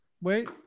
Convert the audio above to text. Wait